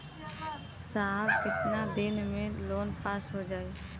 साहब कितना दिन में लोन पास हो जाई?